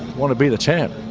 want to be the champ.